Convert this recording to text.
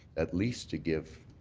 at least to give